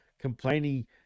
complaining